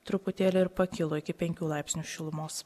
truputėlį ir pakilo iki penkių laipsnių šilumos